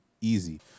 Easy